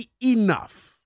Enough